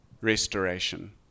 restoration